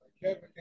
Kevin